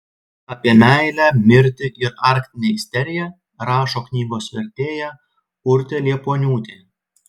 apie meilę mirtį ir arktinę isteriją rašo knygos vertėja urtė liepuoniūtė